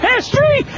History